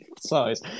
size